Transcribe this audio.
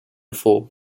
full